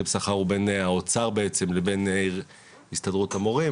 הסכם שכר בין האוצר לבין הסתדרות המורים.